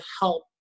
help